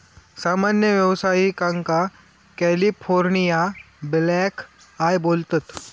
सामान्य व्यावसायिकांका California black eye बोलतत